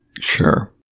Sure